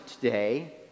today